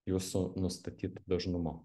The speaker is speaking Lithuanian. jūsų nustatytu dažnumu